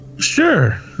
sure